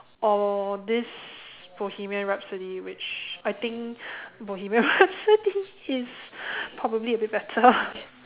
or this Bohemian rhapsody which I think Bohemian rhapsody is probably a bit better